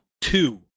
Two